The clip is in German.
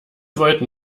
wollten